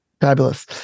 Fabulous